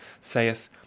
saith